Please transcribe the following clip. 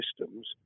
systems